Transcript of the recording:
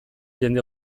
jende